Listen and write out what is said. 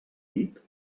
dit